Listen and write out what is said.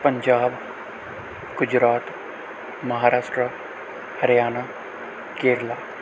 Punjab Gujarat Maharashtra Haryana Kerala